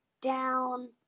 down